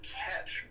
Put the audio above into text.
catch